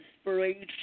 inspiration